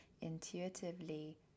intuitively